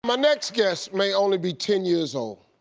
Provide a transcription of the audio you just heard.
my next guest may only be ten years old,